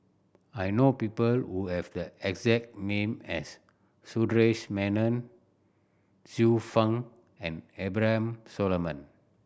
I know people who have the exact name as Sundaresh Menon Xiu Fang and Abraham Solomon